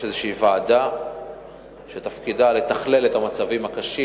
יש איזו ועדה שתפקידה לתכלל את המצבים הקשים.